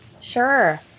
Sure